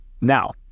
Now